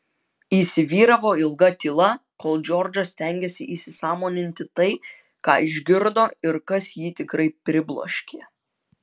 įsivyravo ilga tyla kol džordžas stengėsi įsisąmoninti tai ką išgirdo ir kas jį tikrai pribloškė